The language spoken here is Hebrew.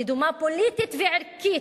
רדומה פוליטית וערכית,